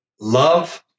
love